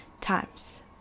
times